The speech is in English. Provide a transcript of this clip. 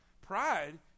Pride